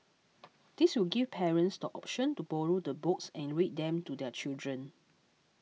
this will give parents the option to borrow the books and read them to their children